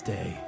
Day